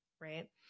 right